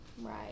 right